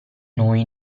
noi